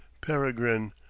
Peregrine